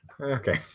okay